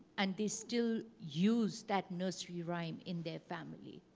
and they still use that nursery rhyme in their family.